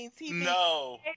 No